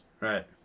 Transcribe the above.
Right